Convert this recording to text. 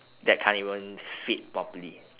that can't even fit properly